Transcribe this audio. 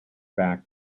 back